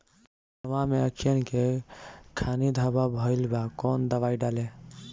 धनवा मै अखियन के खानि धबा भयीलबा कौन दवाई डाले?